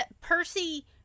Percy